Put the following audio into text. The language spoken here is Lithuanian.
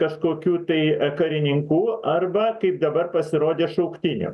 kažkokių tai karininkų arba kaip dabar pasirodė šauktinių